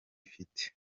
ifite